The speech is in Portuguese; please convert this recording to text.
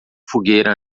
fogueira